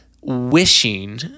wishing